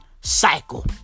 cycle